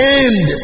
end